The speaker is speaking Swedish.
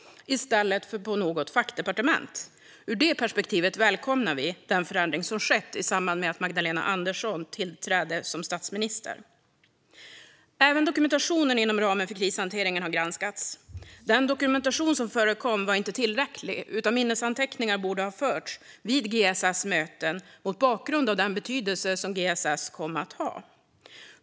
Ur det perspektivet välkomnar vi den förändring som skett i samband med att Magdalena Andersson tillträdde som statsminister. Även dokumentationen inom ramen för krishanteringen har granskats. Den dokumentation som förekom var inte tillräcklig, utan minnesanteckningar borde ha förts vid GSS möten mot bakgrund av den betydelse som GSS kom att ha.